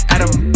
Adam